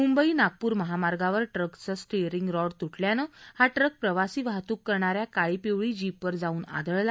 मुंबई नागपूर महामार्गावर ट्रकचा steering rod तुटल्यानं हा ट्रक प्रवासी वाहतूक करणाऱ्या काळी पिवळी जीपवर जाऊन आदळला